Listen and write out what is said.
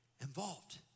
involved